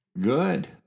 Good